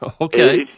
Okay